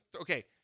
Okay